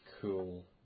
cool